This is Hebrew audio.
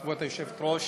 כבוד היושבת-ראש,